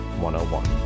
101